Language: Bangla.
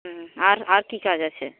হুম আর আর কী কাজ আছে